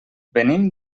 venim